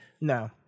No